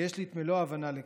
ויש לי לא מעט הבנה לכך.